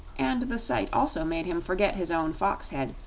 and the sight also made him forget his own fox head,